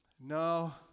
No